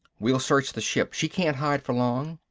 we'll search the ship, she can't hide for long.